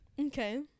Okay